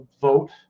vote